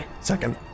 second